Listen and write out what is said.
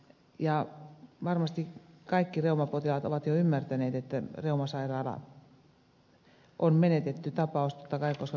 ja varmasti kaikki reumapotilaat ovat jo ymmärtäneet että reumasairaala on menetetty tapaus totta kai koska konkurssi on totta